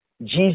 Jesus